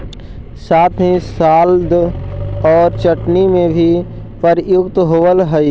साथ ही सलाद और चटनी में भी प्रयुक्त होवअ हई